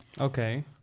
okay